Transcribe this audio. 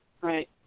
right